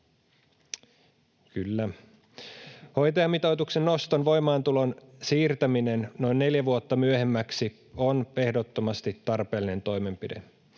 Hoitajamitoituksen noston voimaantulon siirtäminen noin neljä vuotta myöhemmäksi on ehdottomasti tarpeellinen toimenpide.